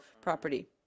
property